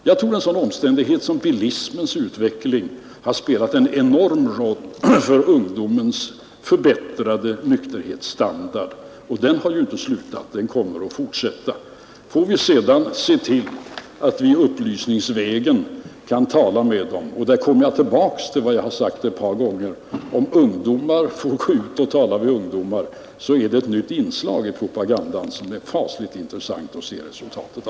Jag tror att bilismens utveckling har spelat en enorm roll för ungdomens förbättrade nykterhetsstandard, och bilismens utveckling har ju inte slutat utan kommer att fortsätta. Om vi sedan ser till att vi upplysningsvägen kan tala med ungdomen — här kommer jag tillbaka till vad jag sagt ett par gånger om att ungdomar får gå ut och tala med ungdomar — blir detta ett nytt inslag i propagandan, vars resultat blir mycket intressant att iakttaga.